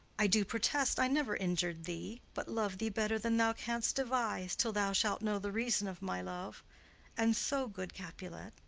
i do protest i never injur'd thee, but love thee better than thou canst devise till thou shalt know the reason of my love and so good capulet,